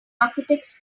architects